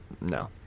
No